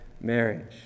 marriage